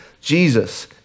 Jesus